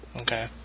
Okay